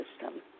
system